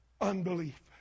unbelief